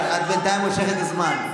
הינה, את בינתיים מושכת את הזמן.